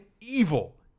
evil